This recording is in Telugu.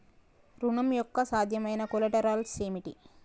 ఋణం యొక్క సాధ్యమైన కొలేటరల్స్ ఏమిటి?